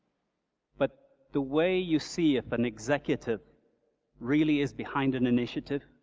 but the way you see if an executive really is behind an initiative,